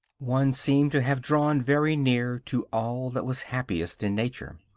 one seemed to have drawn very near to all that was happiest in nature.